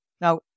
Now